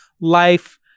life